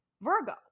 Virgo